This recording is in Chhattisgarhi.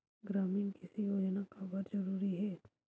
ग्रामीण कृषि योजना काबर जरूरी हे?